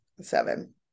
seven